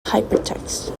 hypertext